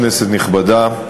כנסת נכבדה,